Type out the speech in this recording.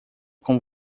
com